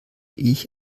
ich